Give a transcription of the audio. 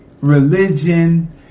religion